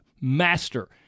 master